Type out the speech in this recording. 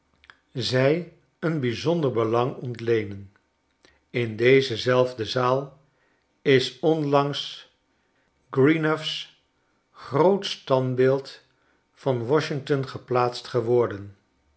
zij een bijzonder belang ontleenen in deze zelfde zaal is onlangs greenough's groot standbeeld van washington geplaatst geworden